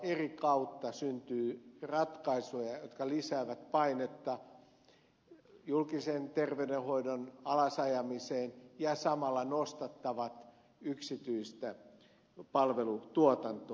eri kautta syntyy ratkaisuja jotka lisäävät painetta julkisen terveydenhoidon alasajamiseen ja samalla nostattavat yksityistä palvelutuotantoa